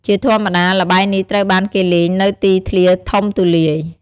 ជាធម្មតា ល្បែងនេះត្រូវបានគេលេងនៅទីធ្លាធំទូលាយ។